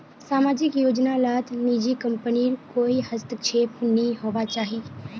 सामाजिक योजना लात निजी कम्पनीर कोए हस्तक्षेप नि होवा चाहि